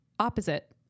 opposite